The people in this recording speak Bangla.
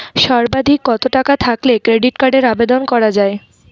সর্বাধিক কত টাকা থাকলে ক্রেডিট কার্ডের আবেদন করা য়ায়?